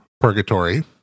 purgatory